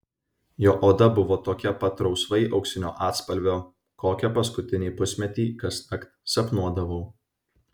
jo oda buvo tokio pat rusvai auksinio atspalvio kokią paskutinį pusmetį kasnakt sapnuodavau